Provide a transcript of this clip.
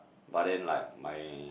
but then like my